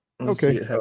Okay